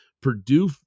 Purdue